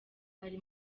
ari